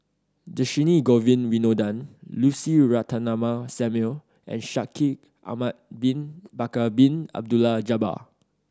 Dhershini Govin Winodan Lucy Ratnammah Samuel and Shaikh Ahmad Bin Bakar Bin Abdullah Jabbar